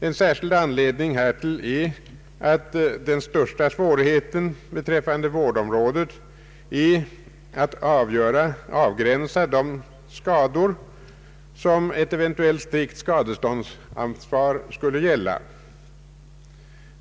En särskild anledning härtill är att det inom vårdområdet är mycket svårt att avgränsa de skador som ett eventuellt strikt skadeståndsansvar skulle gälla.